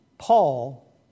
Paul